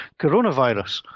coronavirus